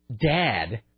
dad